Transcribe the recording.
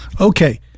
Okay